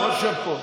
בוא שב פה.